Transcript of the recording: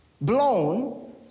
blown